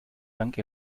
dank